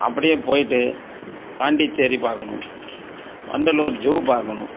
அப்படியே போயிவிட்டு பாண்டிச்சேரி பார்க்கணும் வண்டலூர் ஜூ பார்க்கணும்